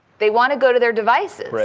they want to go to their devices.